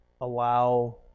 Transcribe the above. allow